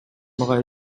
мага